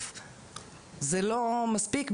ד"ר דניאלה אור היא ראש תחום המחקר שלנו ונמצאת איתנו,